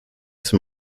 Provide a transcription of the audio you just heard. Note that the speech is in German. zum